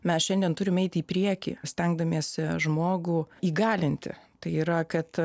mes šiandien turim eiti į priekį stengdamiesi žmogų įgalinti tai yra kad